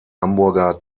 hamburger